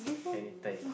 anytime